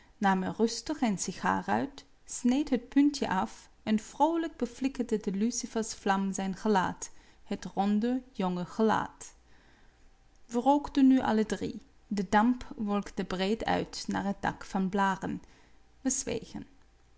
er rustig een sigaar uit sneed het puntje af en vroolijk beflikkerde de lucifersvlam zijn gelaat het ronde jonge gelaat we rookten nu alle drie de damp wolkte breed uit naar het dak van blaren we zwegen